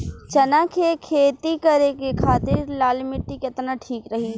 चना के खेती करे के खातिर लाल मिट्टी केतना ठीक रही?